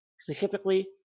specifically